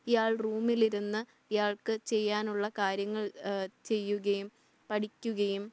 ഇയാൾ റൂമിലിരുന്ന് ഇയാൾക്ക് ചെയ്യാനുള്ള കാര്യങ്ങൾ ചെയ്യുകയും പഠിക്കുകയും